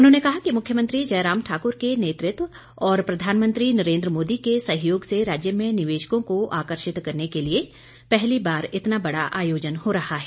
उन्होंने कहा कि मुख्यमंत्री जयराम ठाकुर के नेतृत्व और प्रधानमंत्री नरेन्द्र मोदी के सहयोग से राज्य में निवेशकों को आकर्शित करने के लिए पहली बार इतना बड़ा आयोजन हो रहा है